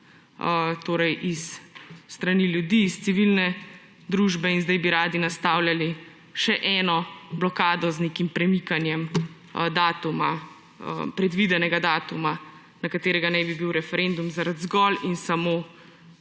torej s strani ljudi, civilne družbe. In zdaj bi radi nastavljali še eno blokado z nekim premikanjem predvidenega datuma, na katerega naj bil referendum, zaradi zgolj in samo